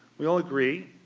we all agree,